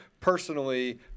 personally